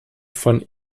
von